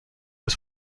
was